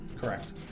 correct